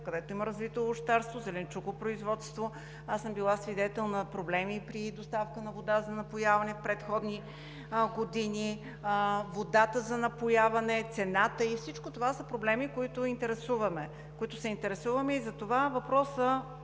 където има развито овощарство, зеленчукопроизводство. Аз съм била свидетел на проблеми при доставката на вода за напояване в предходни години. Водата за напояване, цената – всичко това са проблеми, от които се интересуваме. Затова въпросът,